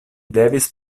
devis